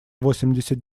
восемьдесят